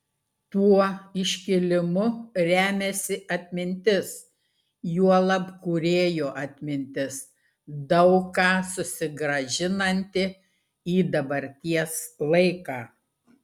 tuo iškilimu remiasi atmintis juolab kūrėjo atmintis daug ką susigrąžinanti į dabarties laiką